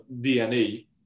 DNA